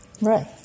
Right